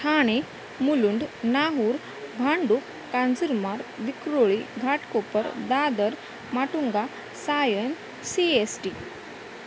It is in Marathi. Thane Mulund Nahur Bhandup Kanjurmarg Vikhroli Ghatkopar Dadar Matunga Sion C S T